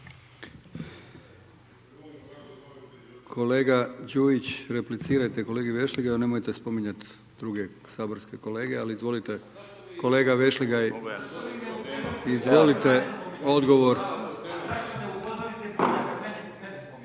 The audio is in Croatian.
Kolega Đujić, replicirajte kolegi Vešligaju, a nemojte spominjat druge saborske kolege. Ali izvolite odgovor.